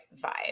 vibe